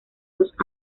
dos